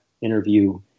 interview